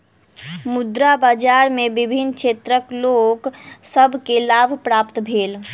मुद्रा बाजार में विभिन्न क्षेत्रक लोक सभ के लाभ प्राप्त भेल